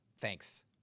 Thanks